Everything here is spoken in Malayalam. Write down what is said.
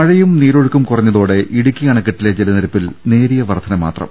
മഴയും നീരൊഴുക്കും കുറഞ്ഞതോടെ ഇടുക്കി അണക്കെട്ടിലെ ജലനിരപ്പിൽ നേരിയ വർധന മാത്രം